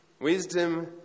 wisdom